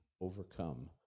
overcome